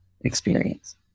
experience